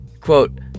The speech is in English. quote